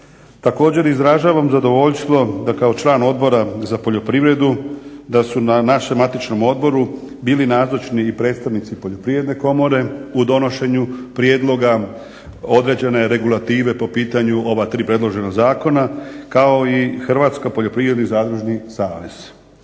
Također izražavam zadovoljstvo da kao član Odbora za poljoprivredu, da su na našem matičnom odboru bili nazočni i predstavnici poljoprivredne komore u donošenju prijedloga određene regulative po pitanju ova tri predložena zakona kao i Hrvatski poljoprivredni zadružni savez.